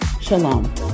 Shalom